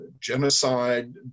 genocide